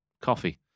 coffee